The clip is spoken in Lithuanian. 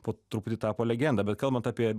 po truputį tapo legenda bet kalbant apie